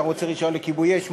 אתה רוצה להוציא רישיון לכיבוי אש,